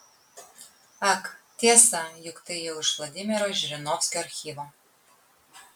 ak tiesa juk tai jau iš vladimiro žirinovskio archyvo